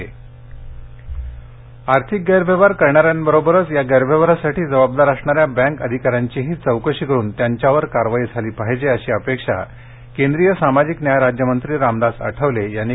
सोलापूर आर्थिक गैरव्यवहार करणाऱ्याबरोबरच या गैरव्यवहारासाठी जबाबदार असणाऱ्या बँक अधिका यांची चौकशी करुन त्यांच्यावर कारवाई झाली पाहिजे अशी अपेक्षा केंद्रीय सामाजिक न्याय राज्यमंत्री रामदास आठवले यांनी काल व्यक्त केली